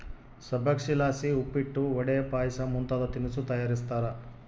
ಸಬ್ಬಕ್ಶಿಲಾಸಿ ಉಪ್ಪಿಟ್ಟು, ವಡೆ, ಪಾಯಸ ಮುಂತಾದ ತಿನಿಸು ತಯಾರಿಸ್ತಾರ